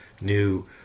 new